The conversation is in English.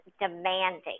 demanding